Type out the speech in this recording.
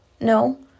No